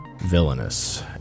villainous